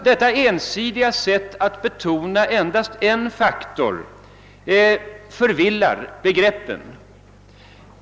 Detta ensidiga sätt att betona endast en faktor förvillar begreppen.